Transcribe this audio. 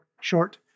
short